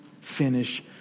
finish